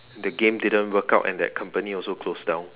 the game didn't work out and that company also closed down